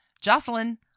Jocelyn